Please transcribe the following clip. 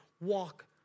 walk